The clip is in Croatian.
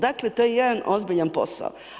Dakle, to je jedan ozbiljan posao.